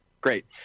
Great